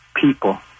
people